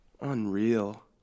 Unreal